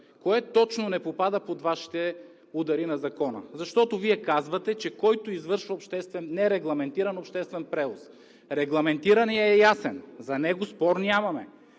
Кое точно не попада под Вашите удари на Закона? Защото Вие казвате, че „който извършва нерегламентиран обществен превоз“. Регламентираният е ясен – за него спор нямаме.